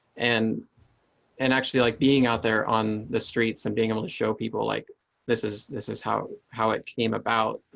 and and actually, i like being out there on the streets and being able to show people like this is this is how how it came about.